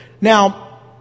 Now